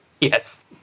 Yes